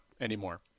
anymore